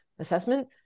assessment